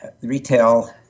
retail